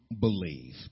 believe